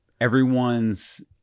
everyone's